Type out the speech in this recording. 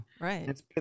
Right